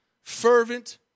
fervent